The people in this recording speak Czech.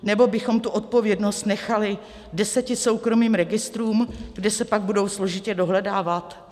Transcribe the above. Nebo bychom tu odpovědnost nechali deseti soukromým registrům, kde se pak budou složitě dohledávat?